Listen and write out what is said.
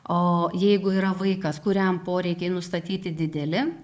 o jeigu yra vaikas kuriam poreikiai nustatyti dideli